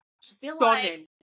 Stunning